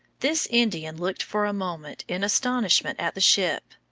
this indian looked for a moment in astonishment at the ship,